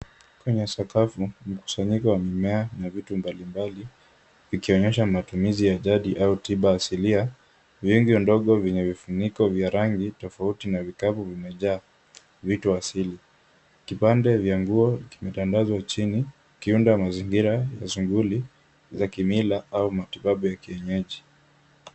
Kwenye sakafu; mkusanyiko wa mimea unavita mbalimbali .Ukionyesha matumizi ya jadi au tiba asilia, viungo ndogo vinavyofunikwa vya rangi tofauti na vikavu vinajaa, vitu asili. Kipande vya nguo kimetandazwa chini, kiunda mazingira, mazunguli, za kimila au matibabu ya kienyeji.